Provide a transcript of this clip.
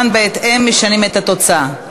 הזוגיות, התשע"ה 2015, לא אושרה.